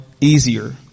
easier